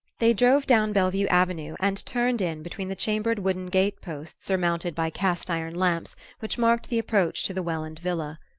they drove down bellevue avenue and turned in between the chamfered wooden gate-posts surmounted by cast-iron lamps which marked the approach to the welland villa.